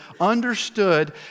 understood